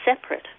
separate